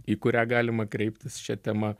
į kurią galima kreiptis šia tema